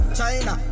China